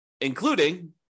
including